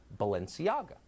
Balenciaga